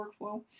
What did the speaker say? workflow